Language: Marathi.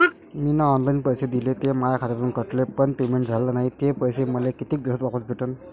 मीन ऑनलाईन पैसे दिले, ते माया खात्यातून कटले, पण पेमेंट झाल नायं, ते पैसे मले कितीक दिवसात वापस भेटन?